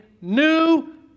new